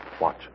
Watch